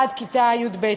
עד כיתה י"ב.